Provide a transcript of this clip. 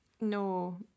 No